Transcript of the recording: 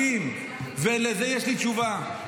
מסכים, ולזה יש לי תשובה.